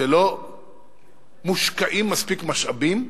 שלא מושקעים מספיק משאבים,